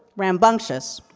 rambunctious.